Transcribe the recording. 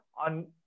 on